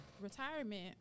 retirement